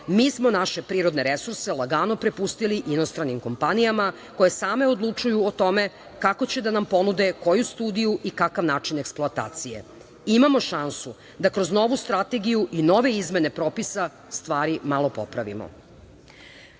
ne. Mi smo naše prirodne resurse lagano prepustili inostranim kompanijama koje same odlučuju o tome kako će da nam ponude koju studiju i kakav način eksploatacije. Imamo šansu da kroz novu strategiju i nove izmene propisa stvari malo popravimo. Vera